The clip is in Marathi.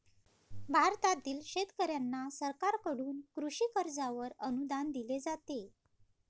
भारतातील शेतकऱ्यांना सरकारकडून कृषी कर्जावर अनुदान दिले जाते